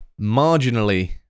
marginally